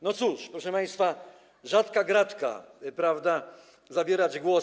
No cóż, proszę państwa, rzadka gratka, prawda, zabierać głos.